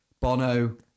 Bono